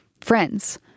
Friends